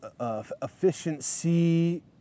efficiency